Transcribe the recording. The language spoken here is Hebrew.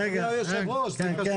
אדוני יושב הראש, זה קשור.